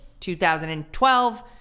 2012